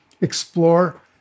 explore